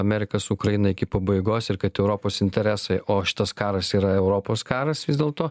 amerika su ukraina iki pabaigos ir kad europos interesai o šitas karas yra europos karas vis dėlto